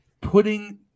putting –